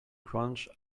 crunch